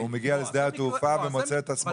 והוא מגיע לשדה התעופה ומוצא את עצמו תקוע.